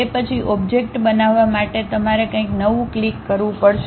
તે પછી ઓબ્જેક્ટ બનાવવા માટે તમારે કંઈક નવું ક્લિક કરવું પડશે